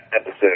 episode